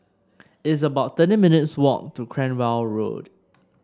it's about thirteen minutes' walk to Cranwell Road